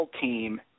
team